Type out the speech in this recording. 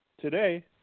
today